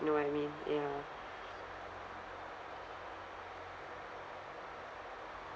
you know what I mean ya